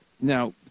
Now